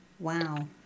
Wow